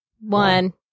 one